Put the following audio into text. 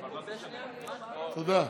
תודה.